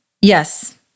Yes